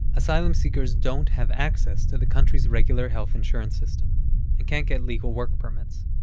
asylum seekers don't have access to the country's regular health insurance system and can't get legal work permits.